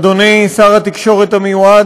אדוני שר התקשורת המיועד,